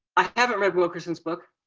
i haven't read wilkerson's book.